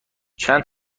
چند